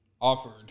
offered